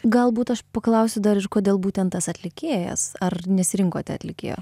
galbūt aš paklausiu dar ir kodėl būtent tas atlikėjas ar nesirinkote atlikėjo